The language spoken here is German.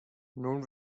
nun